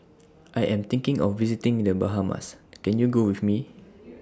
I Am thinking of visiting The Bahamas Can YOU Go with Me